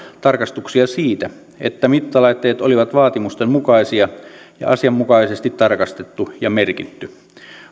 tarkastuksia siitä että mittalaitteet olivat vaatimusten mukaisia ja asianmukaisesti tarkastettu ja merkitty